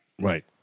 Right